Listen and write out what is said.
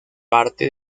parte